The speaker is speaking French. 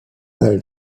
elle